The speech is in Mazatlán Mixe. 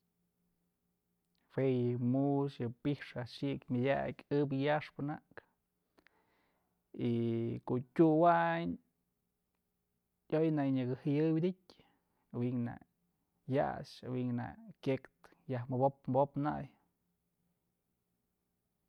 Jue yë mu'ux yë pix a'ax xi'ik myëdyak yaxpë nak y ko'o tyuwayn yoy nak yë nyakë jayëwi'idtyë awi'ink nak ya'ax awi'ink nak kyek yaj mobopë mobopë nay.